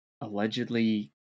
allegedly